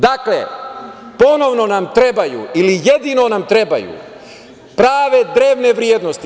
Dakle, ponovno nam trebaju ili jedino nam trebaju prave drevne vrednosti.